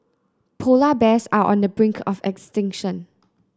polar bears are on the brink of extinction